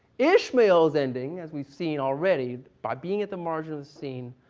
ishmael's ending, as we've seen already, by being at the margin of the scene,